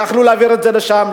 יכלו להעביר את זה לשם,